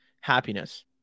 happiness